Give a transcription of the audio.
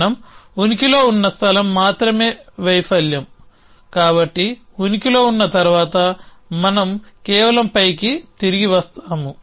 మనం ఉనికిలో ఉన్న స్థలం మాత్రమే వైఫల్యం కాబట్టి ఉనికిలో ఉన్న తర్వాత మనం కేవలం πకి తిరిగి వస్తాము